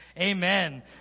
Amen